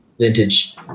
vintage